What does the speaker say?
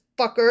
fucker